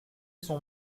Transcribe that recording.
son